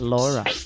Laura